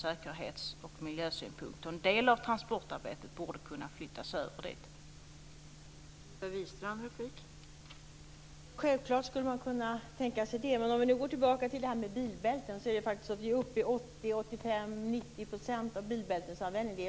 Sedan kan man undra över det som hon säger om att slå vakt om rörligheten.